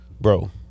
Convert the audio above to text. Bro